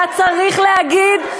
היה צריך להגיד,